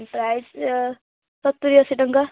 price ଏ ସତୁରି ଅଶି ଟଙ୍କା